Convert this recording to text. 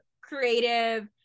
creative